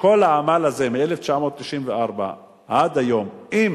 שכל העמל הזה מ-1994 עד היום, אם